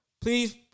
please